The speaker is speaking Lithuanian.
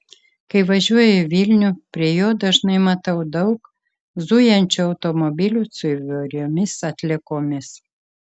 kai važiuoju į vilnių prie jo dažnai matau daug zujančių automobilių su įvairiomis atliekomis